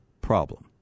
problem